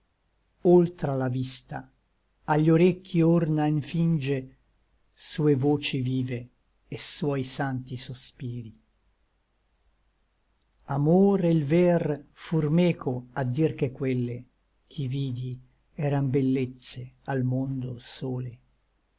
oltra la vista agli orecchi orna e nfinge sue voci vive et suoi sancti sospiri amor e l ver fur meco a dir che quelle ch'i vidi eran bellezze al mondo sole